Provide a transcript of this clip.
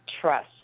trust